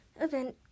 event